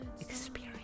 Experience